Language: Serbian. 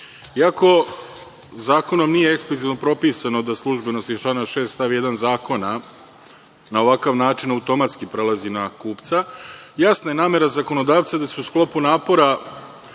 zakonom nije eksplicitno propisano da službenost iz člana 6. stav 1. zakona, na ovakav način automatski prelazi na kupca, jasna je namera zakonodavca da se u sklopu napora